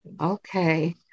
Okay